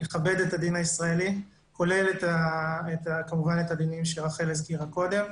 לכבד את הדין הישראלי כולל כמובן את הדינים שרחל הזכירה קודם.